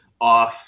off